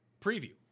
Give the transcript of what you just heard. Preview